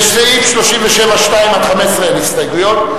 לסעיף 37(2) (15) אין הסתייגויות.